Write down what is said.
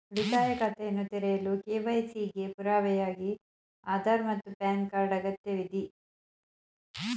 ಉಳಿತಾಯ ಖಾತೆಯನ್ನು ತೆರೆಯಲು ಕೆ.ವೈ.ಸಿ ಗೆ ಪುರಾವೆಯಾಗಿ ಆಧಾರ್ ಮತ್ತು ಪ್ಯಾನ್ ಕಾರ್ಡ್ ಅಗತ್ಯವಿದೆ